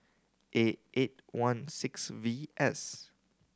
A eight one six V S